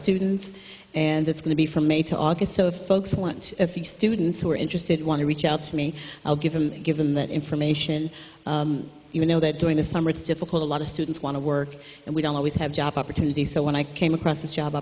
students and that's going to be from may to august so folks want a few students who are interested want to reach out to me i'll give them given that information you know that during the summer it's difficult a lot of students want to work and we don't always have job opportunities so when i came across this job